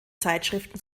zeitschriften